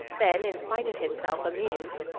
then, in spite of himself, amused,